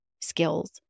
skills